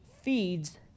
feeds